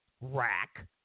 rack